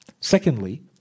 Secondly